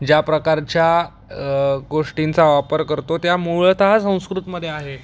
ज्या प्रकारच्या गोष्टींचा वापर करतो त्या मूळतः संस्कृतमधे आहे